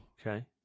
Okay